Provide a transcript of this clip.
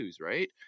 right